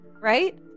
Right